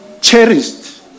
cherished